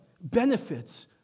benefits